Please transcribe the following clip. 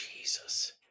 Jesus